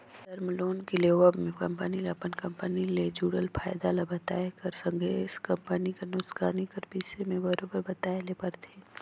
term loan कर लेवब में कंपनी ल अपन कंपनी ले जुड़ल फयदा ल बताए कर संघे कंपनी कर नोसकानी कर बिसे में बरोबेर बताए ले परथे